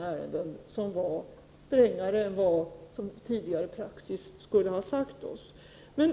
I de besluten var vi strängare än vad tidigare praxis skulle ha inneburit. Vidare